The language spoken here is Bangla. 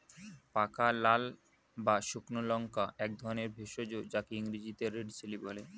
পাকা লাল বা শুকনো লঙ্কা একধরনের ভেষজ যাকে ইংরেজিতে রেড চিলি বলে